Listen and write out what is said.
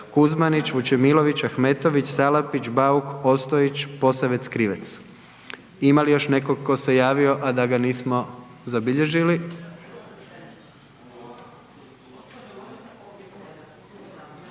Kuzmanić, Vučemilović, Ahmetović, Salapić, Bauk, Ostojić, Posavec Krivec. Ima li još netko tko se javio, a da ga nismo zabilježili?